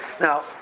now